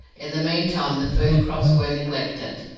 in the meantime the food crops were neglected,